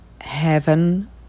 heaven